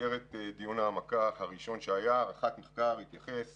בדיון ההעמקה הראשון שהיה רח"ט מחקר התייחס